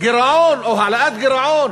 גירעון או העלאת גירעון